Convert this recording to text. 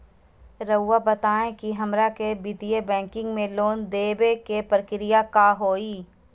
रहुआ बताएं कि हमरा के वित्तीय बैंकिंग में लोन दे बे के प्रक्रिया का होई?